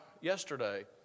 yesterday